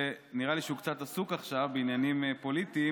שנראה לי שהוא קצת עסוק עכשיו בעניינים פוליטיים,